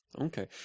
Okay